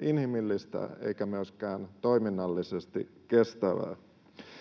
inhimillistä eikä myöskään toiminnallisesti kestävää.